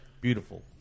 beautiful